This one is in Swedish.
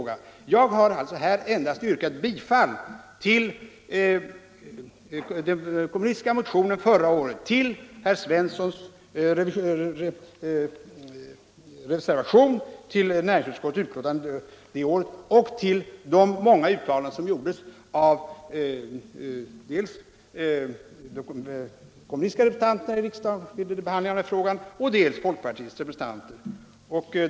Jag har med mitt yrkande här egentligen endast anslutit mig till den kommunistiska motionen, till herr Jörn Svenssons reservation och till näringsutskottets hemställan från förra året förutom till de många ut talanden som då gjordes vid behandlingen av frågan av dels kommunister, dels folkpartister här i riksdagen.